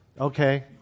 Okay